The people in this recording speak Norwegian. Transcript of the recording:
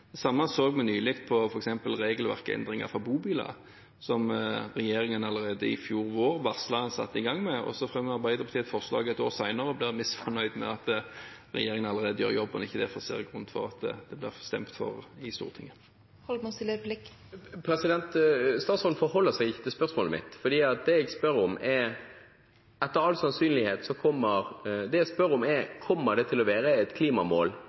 Det samme så vi nylig i forbindelse med f.eks. endringer i regelverket for bobiler, som regjeringen allerede i fjor vår varslet å ha satt i gang med. Så fremmer Arbeiderpartiet et forslag et år senere og blir misfornøyd med at regjeringen allerede gjør jobben, slik at det ikke er noen større grunn for at det blir stemt for i Stortinget. Statsråden forholder seg ikke til spørsmålet mitt. Det jeg spør om, er: Kommer det til å være satt et klimamål